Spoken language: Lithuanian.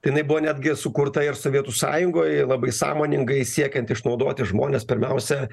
tai jinai buvo netgi sukurta ir sovietų sąjungoj labai sąmoningai siekiant išnaudoti žmones pirmiausia